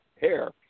hair